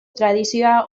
tradizioa